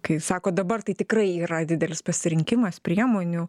kai sako dabar tai tikrai yra didelis pasirinkimas priemonių